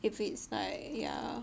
if it's like yeah